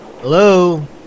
Hello